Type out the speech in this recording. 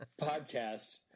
podcast